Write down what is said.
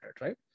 right